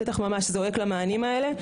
השטח ממש זועק למענים האלה,